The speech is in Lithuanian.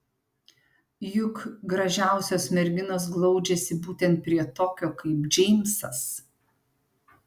juk gražiausios merginos glaudžiasi būtent prie tokio kaip džeimsas